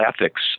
ethics